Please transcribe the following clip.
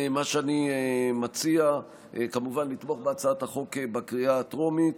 מה שאני מציע הוא כמובן לתמוך בהצעת החוק בקריאה הטרומית